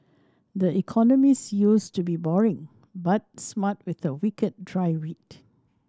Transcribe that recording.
the Economist used to be boring but smart with a wicked dry wit